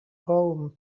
home